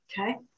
okay